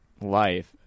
life